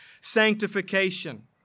sanctification